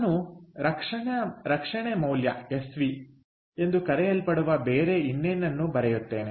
ನಾನು ರಕ್ಷಣೆ ಮೌಲ್ಯ ಎಸ್ವಿ ಎಂದು ಕರೆಯಲ್ಪಡುವ ಬೇರೆ ಇನ್ನೇನನ್ನೋ ಬರೆಯುತ್ತೇನೆ